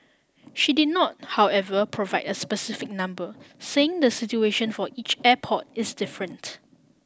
she did not however provide a specific number saying the situation for each airport is different